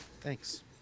Thanks